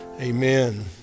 Amen